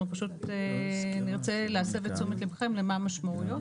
פשוט נרצה להסב את תשומת לבכם למה המשמעויות,